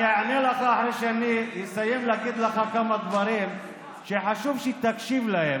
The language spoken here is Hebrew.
אני אענה לך אחרי שאני אסיים להגיד לך כמה דברים שחשוב שתקשיב להם,